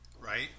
right